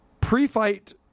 pre-fight